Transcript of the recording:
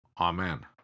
Amen